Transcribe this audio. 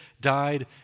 died